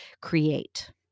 create